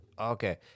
Okay